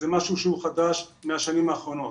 זה משהו שהוא חדש מהשנים האחרונות.